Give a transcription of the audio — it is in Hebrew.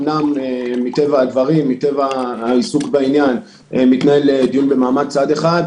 אומנם מטבע הדברים ומטבע העיסוק בעניין מתנהל דיון במעמד צד אחד,